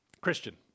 Christian